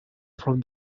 from